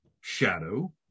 shadow